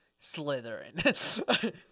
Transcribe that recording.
Slytherin